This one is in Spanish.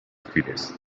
afines